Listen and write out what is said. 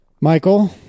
Michael